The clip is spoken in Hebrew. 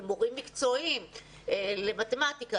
ומורים מקצועיים למתמטיקה,